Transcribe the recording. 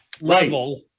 level